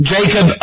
Jacob